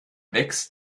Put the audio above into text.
wächst